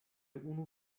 unu